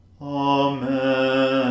Amen